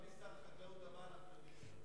אבל מי שר החקלאות הבא אנחנו יודעים בוודאות.